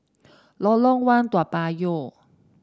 Lorong One Toa Payoh